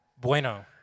Bueno